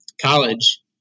college